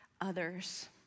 others